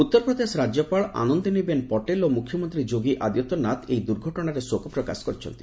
ଉତ୍ତର ପ୍ରଦେଶ ରାଜ୍ୟପାଳ ଆନନ୍ଦିନୀ ବେନ୍ ପଟେଲ ଓ ମୁଖ୍ୟମନ୍ତ୍ରୀ ଯୋଗୀ ଆଦିତ୍ୟ ନାଥ ଏହି ଦୁର୍ଘଟଣାରେ ଶୋକ ପ୍ରକାଶ କରିଛନ୍ତି